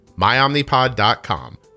MyOmnipod.com